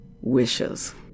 wishes